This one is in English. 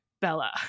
Bella